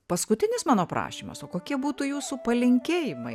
paskutinis mano prašymas o kokie būtų jūsų palinkėjimai